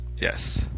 Yes